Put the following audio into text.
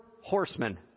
horsemen